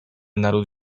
naród